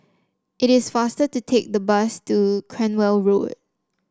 it is faster to take the bus to Cranwell Road